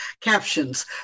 captions